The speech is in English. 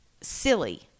silly